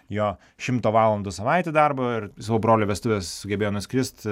jo šimto valandų savaitė darbo ir į savo brolio vestuves sugebėjo nuskrist